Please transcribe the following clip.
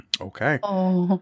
Okay